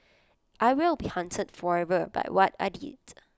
I will be haunted forever by what I did